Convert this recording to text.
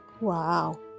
Wow